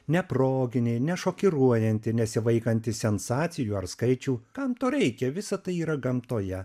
neproginė nešokiruojanti nesivaikanti sensacijų ar skaičių kam to reikia visa tai yra gamtoje